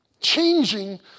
Changing